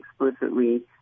explicitly